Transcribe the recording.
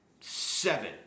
seven